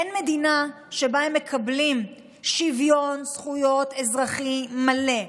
אין מדינה שבה הם מקבלים שוויון זכויות אזרחי מלא,